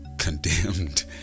condemned